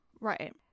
Right